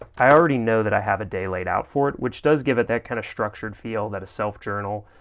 i already know that i have a day laid out for it, which does give it that kind of structured feel that a self journal,